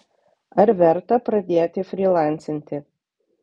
ar verta pradėti frylancinti